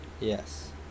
Yes